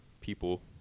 people –